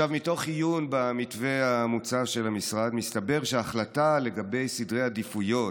מתוך עיון במתווה המוצע של המשרד מסתבר שההחלטה לגבי סדרי עדיפויות